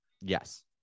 yes